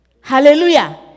hallelujah